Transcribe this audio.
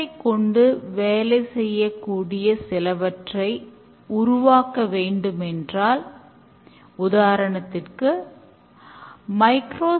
40 மணி நேர செயல்முறை கூறுவது என்னவென்றால் வேலையானது ஒரு வாரத்தில் 40 மணிகளுக்கு மேலாக இருக்க கூடாது